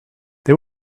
they